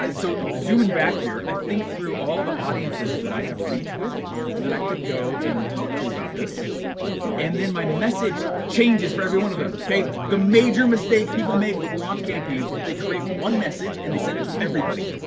so zooming back here, i think through all the audiences that i have reached with that i could go and talk to about this and then my message changes for every one of them. okay, the major mistake people make with launch campaigns is that they create one message and they sent it to everybody,